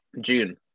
June